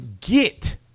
get